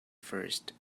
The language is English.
first